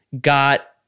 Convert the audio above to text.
got